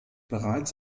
bereits